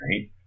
Right